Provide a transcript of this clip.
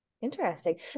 Interesting